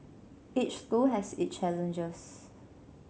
each school has its challenges